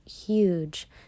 huge